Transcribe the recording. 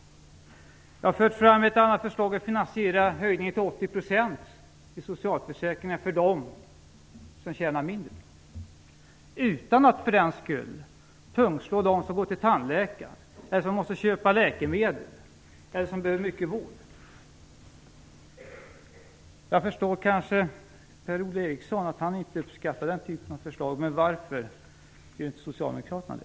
Jag förde fram ett annat förslag om höjning till 80 % i socialförsäkring för dem som tjänar mindre utan att för den skull pungslå dem som går till tandläkare, som måste köpa läkemedel eller som behöver mycket vård. Jag kan förstå att Per-Ola Eriksson inte uppskattar den typen av förslag, men varför gör inte Socialdemokraterna det?